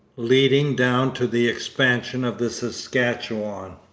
leading down to the expansion of the saskatchewan,